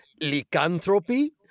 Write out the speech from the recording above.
lycanthropy